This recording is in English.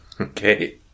Okay